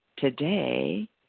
Today